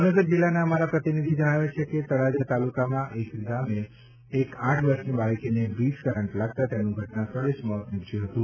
ભાવનગર જિલ્લાના અમારા પ્રતિનિધિ જણાવે છે કે તળાજા તાલુકામાં ગામે એક આઠ વર્ષની બાળકીને વીજ કરંટ લાગતા તેનું ઘટનાસ્થળે જ મોત નિપજ્યું હતું